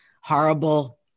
horrible